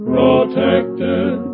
Protected